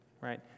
right